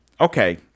okay